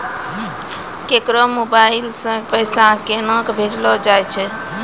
केकरो मोबाइल सऽ पैसा केनक भेजलो जाय छै?